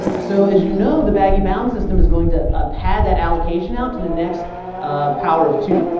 so as you know, the baggy bounds system is going to ah pad that allocation out to the next power of two,